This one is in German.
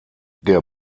der